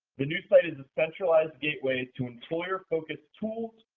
the new site is a centralized gateway to employer-focused tools,